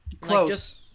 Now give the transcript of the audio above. Close